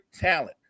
talent